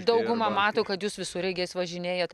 dauguma mato kad jūs visureigiais važinėjat